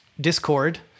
Discord